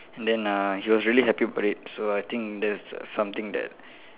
then uh he was really happy about it so I think that's s~ something that